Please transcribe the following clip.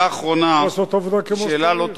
השאלה האחרונה היא שאלה לא טובה.